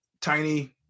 tiny